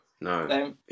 no